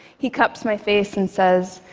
he cups my face and says,